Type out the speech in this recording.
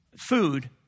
food